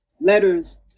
letters